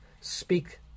speak